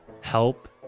help